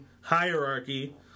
hierarchy